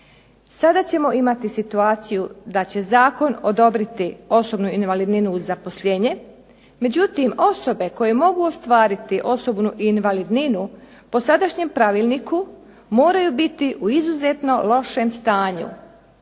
Sada ćemo imati situaciju da će zakon odobriti osobnu invalidninu uz zaposlenje, međutim osobe koje mogu ostvariti osobnu invalidninu po sadašnjem pravilniku moraju biti u izuzetno lošem stanju.